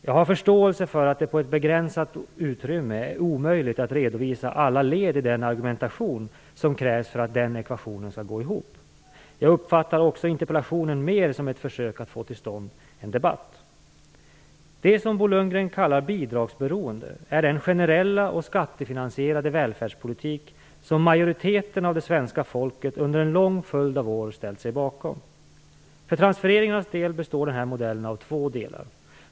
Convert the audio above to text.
Jag har förståelse för att det på ett begränsat utrymme är omöjligt att redovisa alla led i den argumentation som krävs för att den ekvationen skall gå ihop. Jag uppfattar också interpellationen mer som ett försök att få till stånd en debatt. Det som Bo Lundgren kallar bidragsberoende är den generella och skattefinansierade välfärdspolitik som majoriteten av det svenska folket under en lång följd av år ställt sig bakom. För transfereringarnas del består denna modell av två delar.